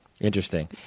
Interesting